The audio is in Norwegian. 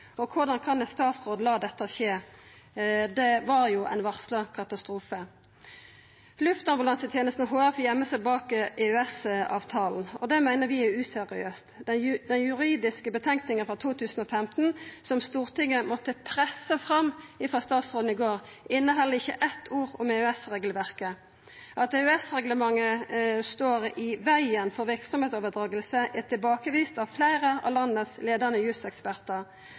og korleis kan ein statsråd la dette skje? Det var ein varsla katastrofe. Luftambulansetenesta HF gøymer seg bak EØS-avtalen, og det meiner vi er useriøst. Dei juridiske fråsegnene frå 2015 som Stortinget måtte pressa fram frå statsråden i går, inneheld ikkje eitt ord om EØS-regelverket. At EØS-reglementet står i vegen for verksemdsoverdraging, er tilbakevist av fleire av landets